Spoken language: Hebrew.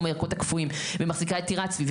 הירוקות הקפואים ומחזיקה את טירת צבי,